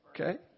Okay